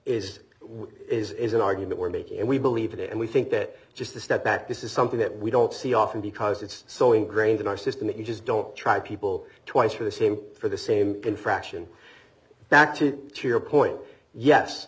which is an argument we're making and we believe it and we think that just a step back this is something that we don't see often because it's so ingrained in our system that you just don't try people twice for the same for the same infraction back to cheer point yes